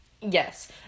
Yes